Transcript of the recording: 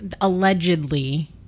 allegedly